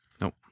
Nope